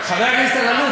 חבר הכנסת אלאלוף,